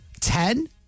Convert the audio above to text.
Ten